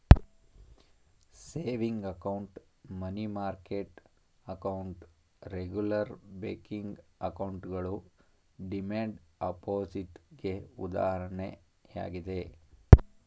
saving account, money market account, regular checking ಅಕೌಂಟ್ಗಳು demand deposit ಗೆ ಉದಾಹರಣೆಯಾಗಿದೆ